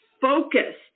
focused